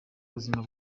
buzima